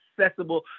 Accessible